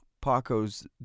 Paco's